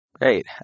Great